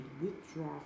withdraw